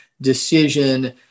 decision